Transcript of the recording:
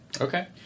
Okay